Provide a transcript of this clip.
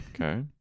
Okay